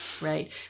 right